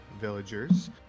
villagers